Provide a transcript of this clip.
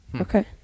Okay